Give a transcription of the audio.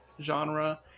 genre